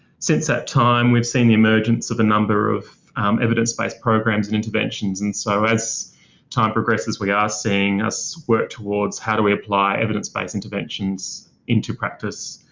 since that time, we've seen the emergence of a number of evidence based programs and interventions. and so as time progresses, we are seeing us work towards, how do we apply evidence-based interventions into practice?